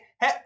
hey